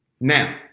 Now